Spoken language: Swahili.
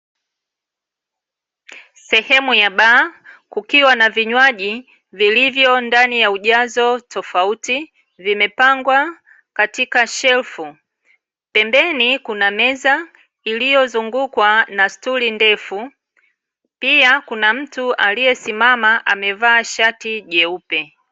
Sehemu ya baa kukiwa na vinywaji vilivyo ndani ya ujazo tofauti, vimepangwa katika shelfu. Pembeni kuna meza iliyozunguukwa na stuli ndefu. Pia kuna mtu aliesimama amevaa shati jeupe.